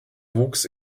wuchs